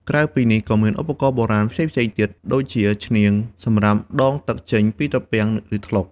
ក្រៅពីនេះ ក៏មានឧបករណ៍បុរាណផ្សេងៗទៀតដូចជា ឈ្នាង សម្រាប់ដងទឹកចេញពីត្រពាំង ឬថ្លុក។